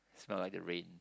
smell like the rain